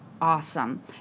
awesome